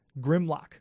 Grimlock